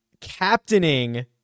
captaining